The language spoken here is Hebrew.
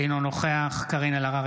אינו נוכח קארין אלהרר,